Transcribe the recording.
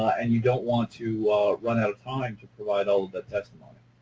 and you don't want to run out of time to provide all of that testimony.